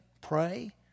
Pray